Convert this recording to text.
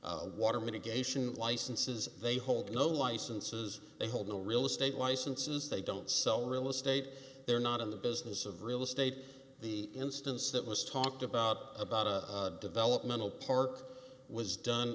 have water mitigation licenses they hold no licenses they hold no real estate licenses they don't sell real estate they're not in the business of real estate the instance that was talked about about a developmental park was done